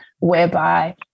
whereby